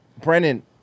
Brennan